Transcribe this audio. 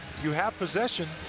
you have possession,